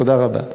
תודה רבה.